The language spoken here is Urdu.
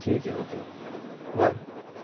ٹھیک ہے اوکے بائے